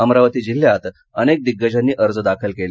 अमरावती जिल्हात अनेक दिग्गजांनी अर्ज दाखल केले